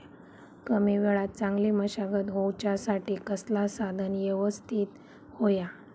कमी वेळात चांगली मशागत होऊच्यासाठी कसला साधन यवस्तित होया?